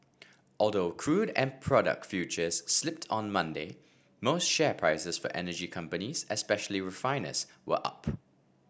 although crude and product futures slipped on Monday most share prices for energy companies especially refiners were up